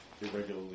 irregularly